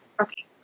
Okay